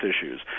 issues